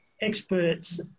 experts